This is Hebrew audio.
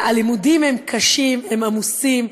הלימודים הם קשים, הם עמוסים,